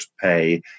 pay